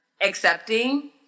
accepting